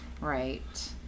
Right